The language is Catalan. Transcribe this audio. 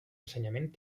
ensenyament